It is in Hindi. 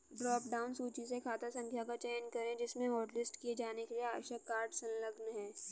ड्रॉप डाउन सूची से खाता संख्या का चयन करें जिसमें हॉटलिस्ट किए जाने के लिए आवश्यक कार्ड संलग्न है